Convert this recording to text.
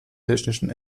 technischen